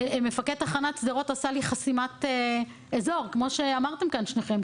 מפקד תחנת שדרות עשה לי חסימת אזור כמו שאמרתם כאן שניכם,